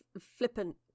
flippant